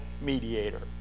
mediator